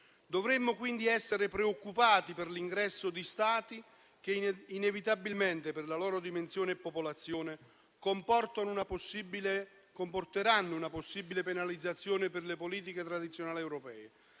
Dovremmo quindi essere preoccupati per l'ingresso di Stati che inevitabilmente, per la loro dimensione e popolazione, comporteranno una possibile penalizzazione per le politiche tradizionali europee.